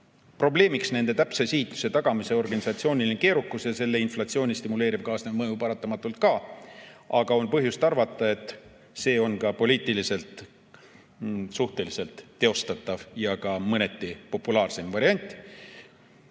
Probleemiks on nende täpse sihituse tagamise organisatsiooniline keerukus ja paratamatult ka inflatsiooni stimuleeriv kaasnev mõju. Aga on põhjust arvata, et see on poliitiliselt suhteliselt teostatav ja ka mõneti populaarsem variant.